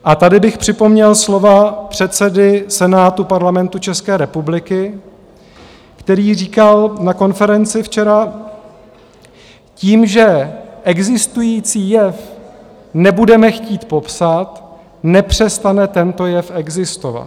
A tady bych připomněl slova předsedy Senátu Parlamentu České republiky, který říkal na konferenci včera: Tím, že existující jev nebudeme chtít popsat, nepřestane tento jev existovat.